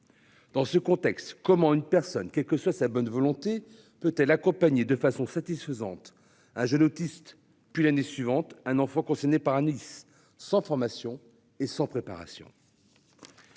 Dans ce contexte, comment une personne, quelle que soit sa bonne volonté peut-elle accompagner de façon satisfaisante. Un jeune autiste. Puis l'année suivante un enfant concerné par Nice sans formation et sans préparation.--